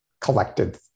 collected